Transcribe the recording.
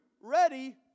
ready